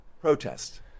protest